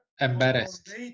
embarrassed